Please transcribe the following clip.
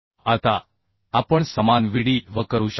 आता आपण समान Vd V करू शकतो